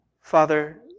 Father